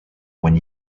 when